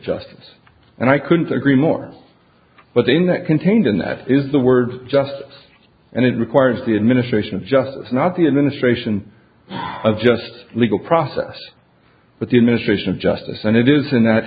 justice and i couldn't agree more but in that contained in that is the word justice and it requires the administration of justice not the administration of just legal process but the administration of justice and it is a